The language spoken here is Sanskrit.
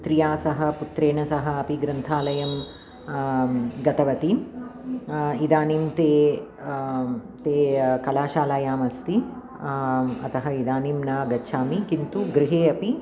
पुत्र्या सह पुत्रेण सह अपि ग्रन्थालयं गतवती इदानीं ते ते कलाशालायामस्ति अतः इदानीं न गच्छामि किन्तु गृहे अपि